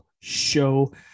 show